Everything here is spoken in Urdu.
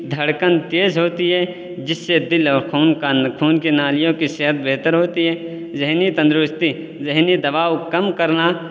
دھڑکن تیز ہوتی ہے جس سے دل اور خون کا خون کی نالیوں کی صحت بہتر ہوتی ہے ذہنی تندرستی ذہنی دباؤ کم کرنا